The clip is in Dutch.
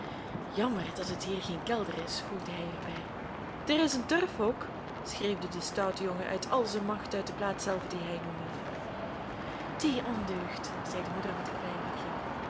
jammer dat hier geen kelder is voegde hij er bij der is een turfhok schreeuwde de stoute jongen uit al zijn macht uit de plaatszelve die hij noemde die ondeugd zei de moeder met een klein lachje